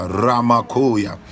ramakoya